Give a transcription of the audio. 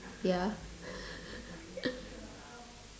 ya okay